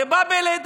זה בא בלידה,